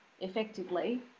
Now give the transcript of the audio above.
effectively